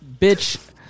bitch